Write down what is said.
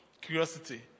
Curiosity